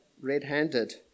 red-handed